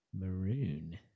Maroon